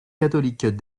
catholiques